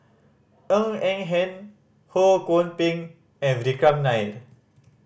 Ng Eng Hen Ho Kwon Ping and Vikram Nair